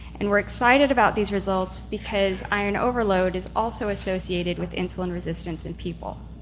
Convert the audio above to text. and we're excited about these results because iron overload is also associated with insulin resistance in people.